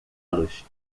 los